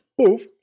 poof